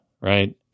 right